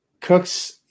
cooks